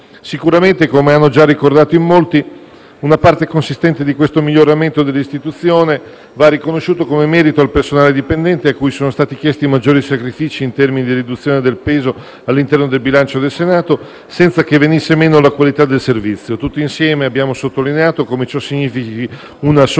Sicuramente - come hanno già ricordato in molti - una parte consistente di questo miglioramento dell'Istituzione va riconosciuto come merito al personale dipendente, a cui sono stati chiesti i maggiori sacrifici in termini di riduzione del peso all'interno del bilancio del Senato, senza che venisse meno la qualità del servizio. Tutti insieme abbiamo sottolineato come ciò significhi una sola cosa: